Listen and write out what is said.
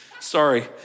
Sorry